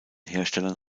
herstellern